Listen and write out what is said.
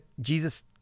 Jesus